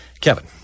Kevin